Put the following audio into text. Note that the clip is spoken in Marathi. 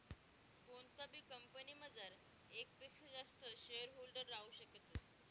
कोणताबी कंपनीमझार येकपक्सा जास्त शेअरहोल्डर राहू शकतस